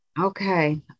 Okay